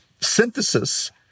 synthesis